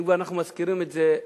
אם כבר אנחנו מזכירים את זה,